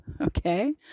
Okay